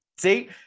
See